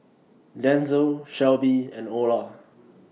Denzel Shelbie and Olar